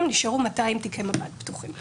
נשארו כ-200 תיקי מב"ד פתוחים.